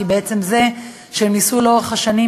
כי בעצם זה שהן ניסו לאורך השנים,